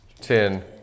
Ten